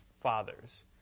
fathers